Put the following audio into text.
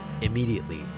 immediately